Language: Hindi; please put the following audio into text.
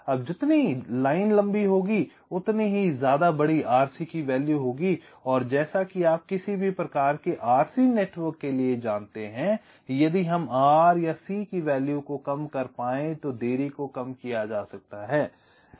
अब जितनी लाइन लम्बी होगी उतनी ही ज्यादा बड़ी RC की वैल्यू होगी और जैसा कि आप किसी भी प्रकार के RC नेटवर्क के लिए जानते हैं यदि हम R या C की वैल्यू को कम कर पाएं तो देरी को कम किया जा सकता है